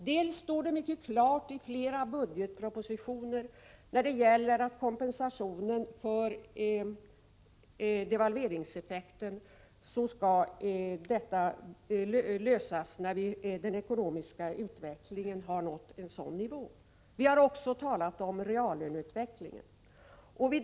Det står mycket klart i flera budgetpropositioner att kompensation för devalveringseffekten skall ges när den ekonomiska utvecklingen har nått en nivå som möjliggör en lösning. Vi har också talat om reallöneutvecklingen.